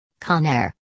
Conair